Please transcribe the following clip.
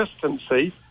consistency